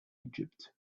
egypt